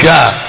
God